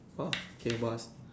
!woah! can what eh